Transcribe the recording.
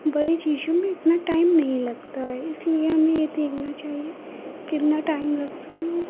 बड़े चीज़ों में इतना टाइम नहीं लगता है इसलिए हमें यह देखना चाहिए कितना टाइम लग